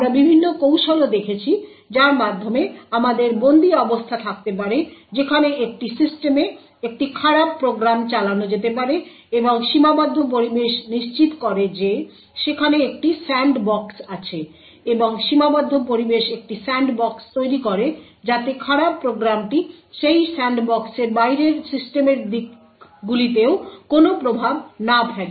আমরা বিভিন্ন কৌশলও দেখেছি যার মাধ্যমে আমাদের বন্দি অবস্থা থাকতে পারে যেখানে একটি সিস্টেমে একটি খারাপ প্রোগ্রাম চালানো যেতে পারে এবং সীমাবদ্ধ পরিবেশ নিশ্চিত করে যে সেখানে একটি স্যান্ডবক্স আছে এবং সীমাবদ্ধ পরিবেশ একটি স্যান্ডবক্স তৈরি করে যাতে খারাপ প্রোগ্রামটি সেই স্যান্ডবক্সের বাইরের সিস্টেমের দিকটগুলিতেও কোনো প্রভাব না ফেলে